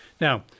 Now